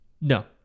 No